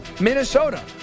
Minnesota